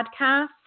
podcast